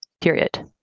period